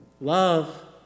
Love